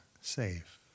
safe